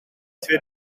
twee